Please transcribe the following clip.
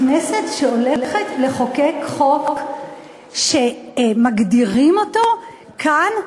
כנסת שהולכת לחוקק חוק שמגדירים אותו כאן,